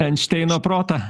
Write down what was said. einšteino protą